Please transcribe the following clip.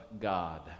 God